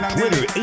Twitter